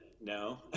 no